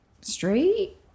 straight